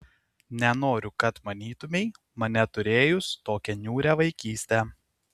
nenoriu kad manytumei mane turėjus tokią niūrią vaikystę